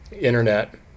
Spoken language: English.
Internet